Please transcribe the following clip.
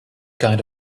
kind